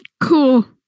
Cool